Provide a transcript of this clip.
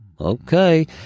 okay